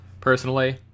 personally